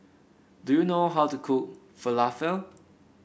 do you know how to cook Falafel